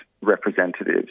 representatives